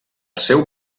seu